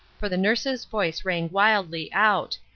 for the nurse's voice rang wildly out,